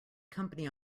company